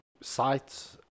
sites